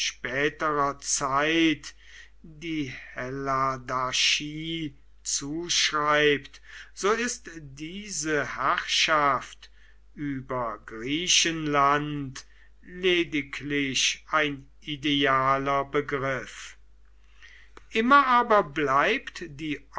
späterer zeit die helladarchie zuschreibt so ist diese herrschaft über griechenland lediglich ein idealer begriff immer aber bleibt die